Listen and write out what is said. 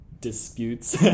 disputes